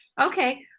Okay